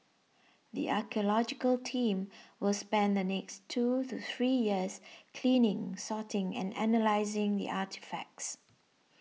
the archaeological team will spend the next two to three years cleaning sorting and analysing the artefacts